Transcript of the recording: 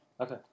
Okay